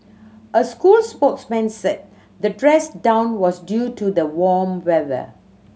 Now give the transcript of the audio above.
a school spokesman said the dress down was due to the warm weather